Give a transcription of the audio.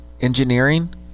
engineering